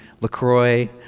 LaCroix